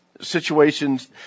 situations